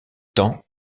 temps